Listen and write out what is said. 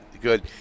good